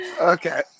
Okay